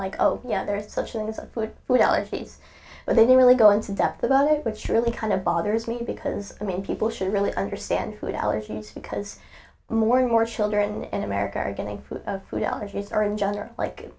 like oh yeah there is such a thing as a food food allergies but they don't really go into depth about it which really kind of bothers me because i mean people should really understand food allergies because more and more children in america are getting food allergies are in general like